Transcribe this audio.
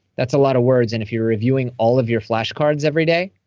that's a lot of words. and if you're reviewing all of your flashcards every day,